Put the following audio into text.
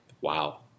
Wow